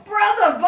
Brother